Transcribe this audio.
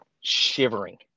shivering